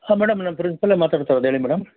ಹಾಂ ಮೇಡಮ್ ನಾನು ಪ್ರಿನ್ಸಿಪಲ್ಲೇ ಮಾತಾಡ್ತಿರೋದು ಹೇಳಿ ಮೇಡಮ್